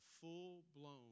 full-blown